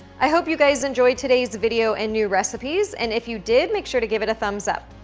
i hope you guys enjoyed today's video and new recipes, and if you did make sure to give it a thumbs up.